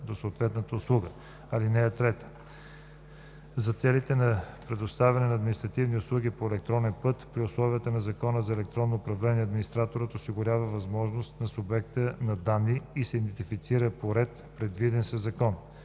до съответната услуга. (3) За целите на предоставяне на административни услуги по електронен път при условията на Закона за електронното управление администраторът осигурява възможност на субекта на данни да се идентифицира по ред, предвиден със закон.